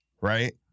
right